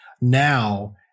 now